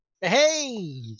Hey